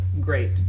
great